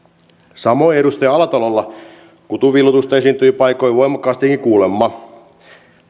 samoin edustaja alatalolla kutun viilutusta esiintyi paikoin voimakkaastikin kuulemma